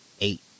Eight